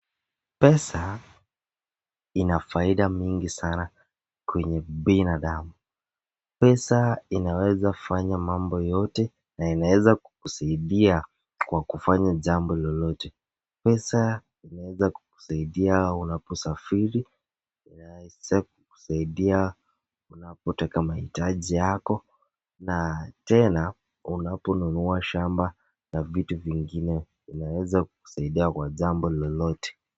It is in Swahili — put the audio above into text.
Pesa ina faida mingi sana kwenye binadamu. Pesa inaweza fanya mambo yote na inaweza kukusaidia kwa kufanya jambo lolote. Pesa inaweza kukusaidia unaposafiri, inaweza kukusaidia unapotaka mahitaji yako na tena unaponunua shamba na vitu vingine. Inaweza kukusaidia kwa jambo lolote.